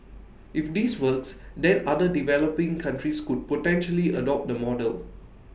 if this works then other developing countries could potentially adopt the model